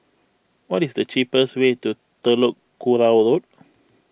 what is the cheapest way to Telok Kurau Road